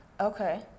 Okay